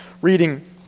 Reading